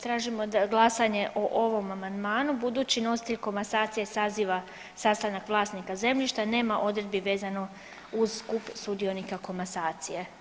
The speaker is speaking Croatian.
Tražimo glasanje o ovom amandmanu, budući nositelj komasacije saziva sastanak vlasnika zemljišta, nema odredbi vezano uz skup sudionika komasacije.